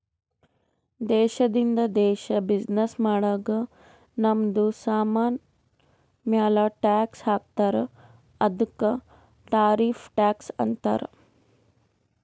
ದೇಶದಿಂದ ದೇಶ್ ಬಿಸಿನ್ನೆಸ್ ಮಾಡಾಗ್ ನಮ್ದು ಸಾಮಾನ್ ಮ್ಯಾಲ ಟ್ಯಾಕ್ಸ್ ಹಾಕ್ತಾರ್ ಅದ್ದುಕ ಟಾರಿಫ್ ಟ್ಯಾಕ್ಸ್ ಅಂತಾರ್